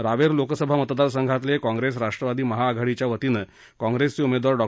रावेर लोकसभा मतदारसंघातील काँग्रेस राष्ट्रवादी महाआघाडीच्या वतीनं काँग्रेसचे उमेदवार डॉ